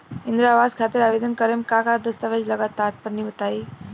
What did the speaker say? इंद्रा आवास खातिर आवेदन करेम का का दास्तावेज लगा तऽ तनि बता?